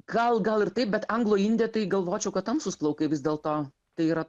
gal gal ir taip bet anglo indė tai galvočiau kad tamsūs plaukai vis dėlto tai yra